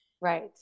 right